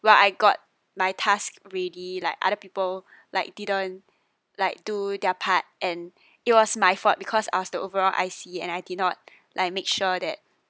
while I got my task ready like other people like didn't like do their part and it was my fault because after overall I see and I did not like make sure that